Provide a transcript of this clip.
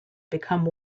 become